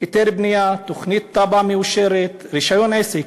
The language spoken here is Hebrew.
היתר בנייה, תב"ע מאושרת, רישיון עסק.